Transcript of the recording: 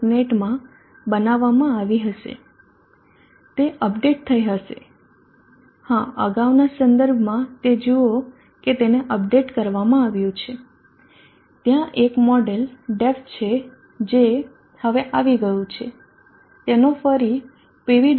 net માં બનાવવામાં આવી હશે તે અપડેટ થઈ હશે હા અગાઉના સંદર્ભમાં તે જુઓ કે તેને અપડેટ કરવામાં આવ્યું છે ત્યાં એક મોડેલ Def છે જે હવે આવી ગયું છે તેનો ફરી pv